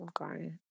Okay